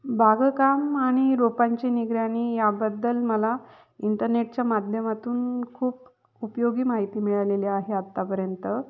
बागकाम आणि रोपांची निगराणी याबद्दल मला इंटरनेटच्या माध्यमातून खूप उपयोगी माहिती मिळालेली आहे आत्तापर्यंत